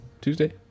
Tuesday